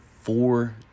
four